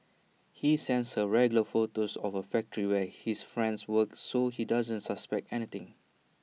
he sends her regular photos of A factory where his friend works so she doesn't suspect anything